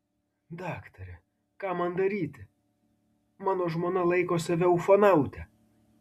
daktare ką man daryti mano žmona laiko save ufonaute